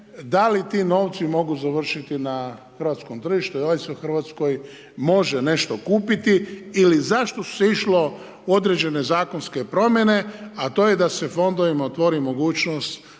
da li ti novci mogu završiti na hrvatskom tržištu i .../Govornik se ne razumije./... u Hrvatskoj može nešto kupiti. Ili zašto se išlo u određene zakonske promjene a to je da fondovima otvori mogućnost